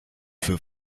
für